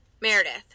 Meredith